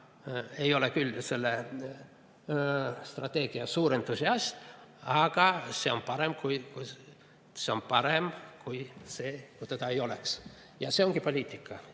ei ole küll selle strateegia suur entusiast, aga ütlen, et see on parem kui see, kui seda ei oleks. Ja see ongi poliitika.